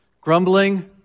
grumbling